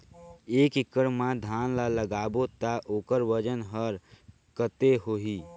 एक एकड़ मा धान ला लगाबो ता ओकर वजन हर कते होही?